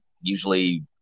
usually